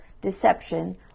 deception